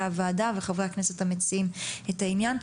הוועדה וחברי הכנסת המציעים את העניין,